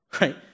right